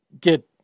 get